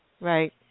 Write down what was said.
Right